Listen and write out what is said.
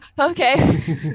okay